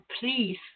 please